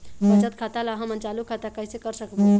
बचत खाता ला हमन चालू खाता कइसे कर सकबो?